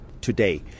today